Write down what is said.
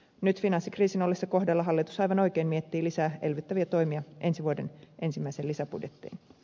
nyt finanssikriisin ollessa kohdalla hallitus aivan oikein miettii lisää elvyttäviä toimia ensi vuoden ensimmäiseen lisäbudjettiin